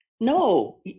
No